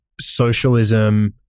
socialism